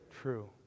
true